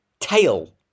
tail